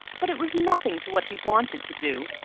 but it was nothing to what he wanted to do.